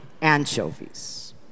anchovies